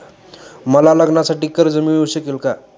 मला लग्नासाठी कर्ज मिळू शकेल का?